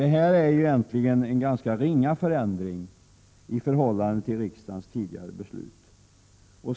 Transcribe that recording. Det här är egentligen en ganska ringa förändring i förhållande till riksdagens tidigare beslut.